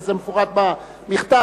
וזה מפורט במכתב,